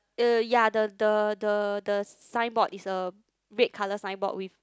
uh yea the the the the signboard is a red color signboard with